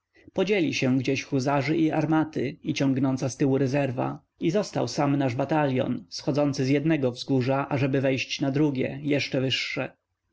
podzieli się gdzieś huzarzy i armaty i ciągnąca ztyłu rezerwa i został sam nasz batalion schodzący z jednego wzgórza ażeby wejść na drugie jeszcze wyższe